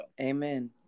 Amen